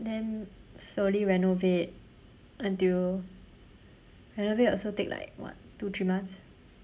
then slowly renovate until renovate also take like what two three months